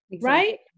right